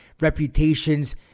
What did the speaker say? reputations